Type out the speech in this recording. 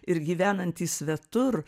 ir gyvenantys svetur